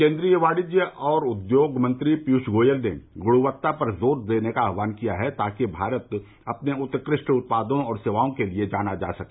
केन्द्रीय वाणिज्य और उद्योग मंत्री पीयूष गोयल ने गृणवत्ता पर जोर देने का आहवान किया है ताकि भारत अपने उत्कृष्ट उत्पादों और सेवाओं के लिए जाना जा सके